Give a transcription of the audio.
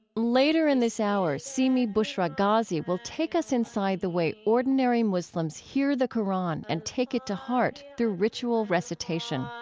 later in this hour, seemi bushra ghazi will take us inside the way ordinary muslims hear the qur'an and take it to heart through ritual recitations